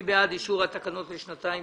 מי בעד אישור התקנות לשנתיים?